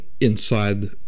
inside